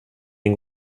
den